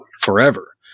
forever